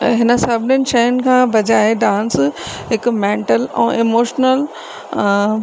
ऐं हिन सभिनीनि शयुनि खां बजाए डांस हिकु मेंटल ऐं इमोशनल